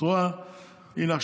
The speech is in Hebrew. הינה,